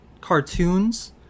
cartoons